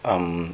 um